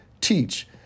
teach